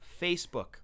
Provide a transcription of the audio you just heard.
Facebook